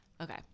Okay